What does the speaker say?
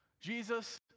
Jesus